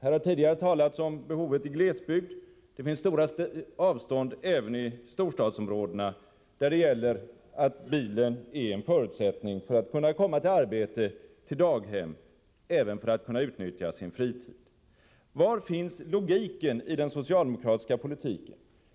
Här har tidigare talats om behovet i glesbygd, och det finns stora avstånd även i storstadsområdena, där det gäller att bilen är en förutsättning för att kunna komma till arbete och daghem och även för att kunna utnyttja sin fritid. Var finns logiken i den socialdemokratiska politiken?